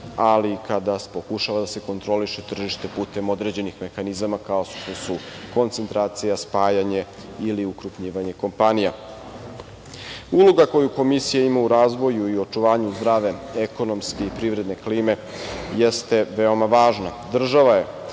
ali i kada pokušava da se kontroliše tržište putem određenih mehanizama, kao što su koncentracija, spajanje ili ukrupnjivanje kompanija. Uloga koju Komisija ima u razvoju i očuvanju zdrave ekonomske i privredne klime jeste veoma važna. Svaka